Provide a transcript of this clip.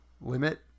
limit